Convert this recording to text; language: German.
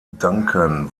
duncan